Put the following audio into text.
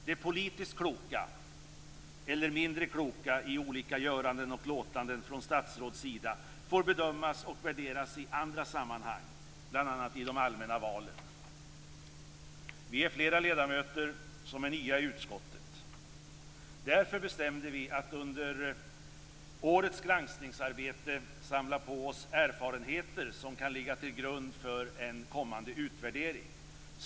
Det politiskt kloka eller mindre kloka i olika göranden och låtanden från statsråds sida får bedömas och värderas i andra sammanhang, bl.a. i de allmänna valen. Vi är flera ledamöter som är nya i utskottet. Därför bestämde vi att under årets granskningsarbete samla på oss erfarenheter som kan ligga till grund för en kommande utvärdering.